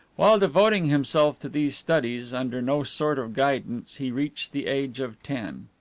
while devoting himself to these studies under no sort of guidance, he reached the age of ten.